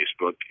Facebook